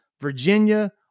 Virginia